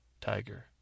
Tiger